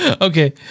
okay